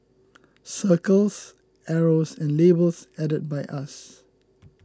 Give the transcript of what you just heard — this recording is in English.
circles arrows and labels added by us